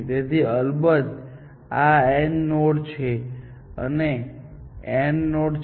તેથી અલબત્ત આ AND નોડ છે અને તે પણ AND નોડ છે